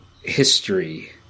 history